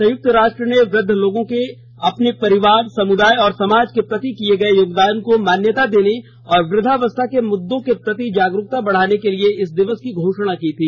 संयुक्त राष्ट्र ने वृद्ध लोगों के अपने परिवार समुदाय और समाज के प्रति किए गए योगदान को मान्यता देने और वृद्धावस्था के मुद्दों के प्रति जागरूकता बढ़ाने के लिए इस दिवस की घोषणा की थी